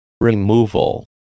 Removal